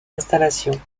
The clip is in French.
installations